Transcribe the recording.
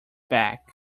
back